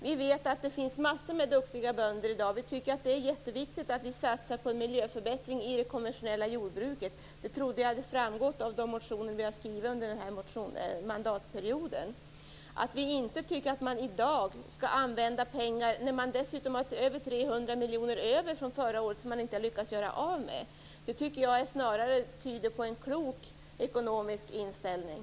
Vi vet att det i dag finns massor av duktiga bönder, och vi tycker att det är jätteviktigt att satsa på en miljöförbättring i det konventionella jordbruket. Det framgår också av de motioner som vi har väckt under den här mandatperioden. När man har mer än 300 miljoner kronor över från förra året, som man inte har lyckats göra av med, tycker vi inte att man i dag skall använda de här aktuella pengarna. Jag tycker att det är en klok ekonomisk inställning.